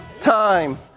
Time